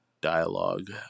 dialogue